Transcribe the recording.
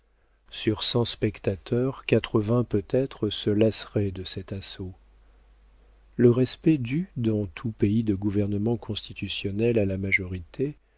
sur cent spectateurs quatre-vingts peut-être se lasseraient de cet assaut le respect dû dans tout pays de gouvernement constitutionnel à la majorité